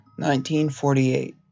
1948